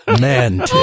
Man